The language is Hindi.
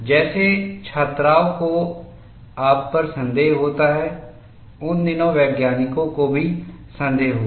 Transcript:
जैसे छात्रों को आप पर संदेह होता है उन दिनों वैज्ञानिकों को भी संदेह हुआ